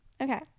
Okay